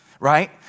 Right